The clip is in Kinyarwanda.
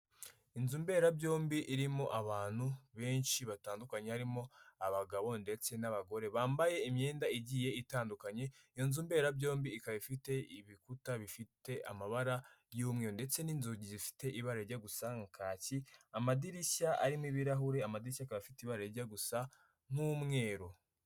Inzu mberabyombi irimo abantu benshi batandukanye harimo abagabo ndetse n'abagore bambaye imyenda igiye itandukanye, iyo nzu mberabyombi ikaba ifite ibikuta bifite amabara y'umweru ndetse n'inzugi zifite ibara rijya gusa nka kaki, amadirishya arimo ibirahurire, amadirishya akaba afite ibara rijya gusa nk'umweru.